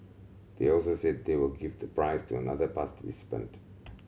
they also said they will give the prize to another